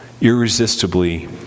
irresistibly